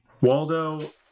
Waldo